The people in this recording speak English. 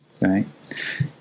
Right